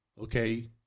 okay